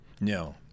No